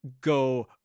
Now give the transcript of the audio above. go